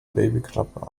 babyklappe